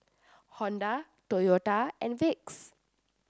Honda Toyota and Vicks